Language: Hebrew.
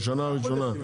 בשנה הראשונה.